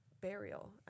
Burial